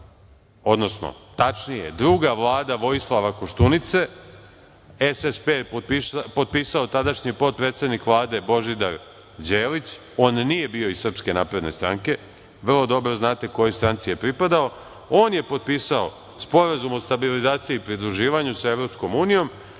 odnosno tačnije druga Vlada Vojislava Koštunice, SSP je potpisao tadašnji potpredsednik Vlade Božidar Đelić, on nije bio iz SNS. Vrlo dobro znate kojoj stranci je pripadao. On je potpisao Sporazum o stabilizaciji i pridruživanju sa EU, Prelazni